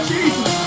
Jesus